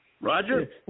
Roger